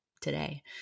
today